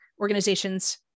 organizations